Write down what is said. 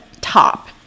top